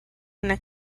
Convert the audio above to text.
una